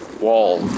wall